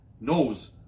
knows